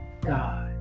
God